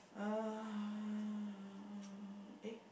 uh eh